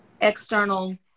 external